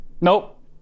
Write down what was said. Nope